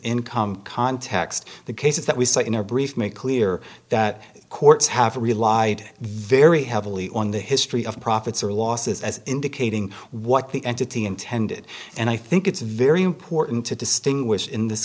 income context the cases that we cite in our brief make clear that courts have relied very heavily on the history of profits or losses as indicating what the entity intended and i think it's very important to distinguish in this